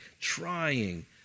trying